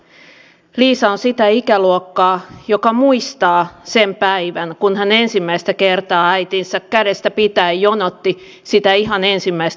liisa on sitä ikäluokkaa että muistaa sen päivän kun hän ensimmäistä kertaa äitinsä kädestä pitäen jonotti sitä ihan ensimmäistä lapsilisää